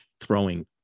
throwing